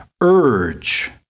urge